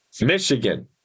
Michigan